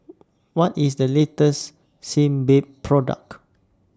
What IS The latest Sebamed Product